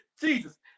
Jesus